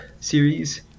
series